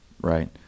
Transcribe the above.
Right